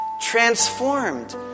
transformed